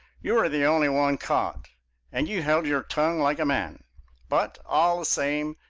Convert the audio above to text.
you were the only one caught and you held your tongue like a man but, all the same,